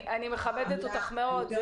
אני מכבדת אותך מאוד,